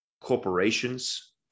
corporation's